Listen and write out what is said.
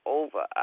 over